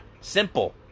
Simple